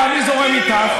אני זורם איתך.